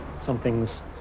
something's